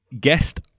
guest